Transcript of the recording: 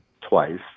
twice